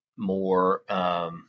More